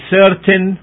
certain